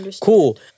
Cool